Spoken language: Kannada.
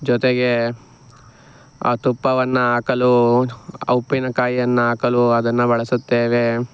ಜೊತೆಗೆ ಆ ತುಪ್ಪವನ್ನು ಹಾಕಲು ಆ ಉಪ್ಪಿನಕಾಯಿಯನ್ನು ಹಾಕಲು ಅದನ್ನು ಬಳಸುತ್ತೇವೆ